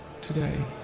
today